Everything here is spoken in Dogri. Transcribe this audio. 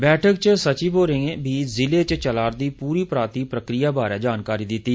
बैठक दौरान सचिव होरें बी जिले च चला रदी पूरी पराती प्रक्रिया बारै जानकारी दिती